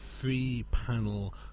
three-panel